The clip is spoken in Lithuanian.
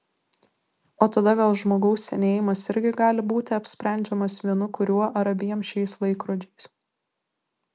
o tada gal žmogaus senėjimas irgi gali būti apsprendžiamas vienu kuriuo ar abiem šiais laikrodžiais